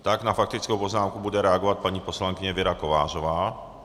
Tak na faktickou poznámku bude reagovat paní poslankyně Věra Kovářová.